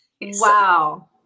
Wow